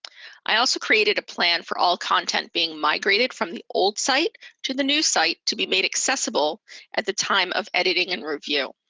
i also created a plan for all content being migrated from the old site to the new site to be made accessible at the time of editing and review.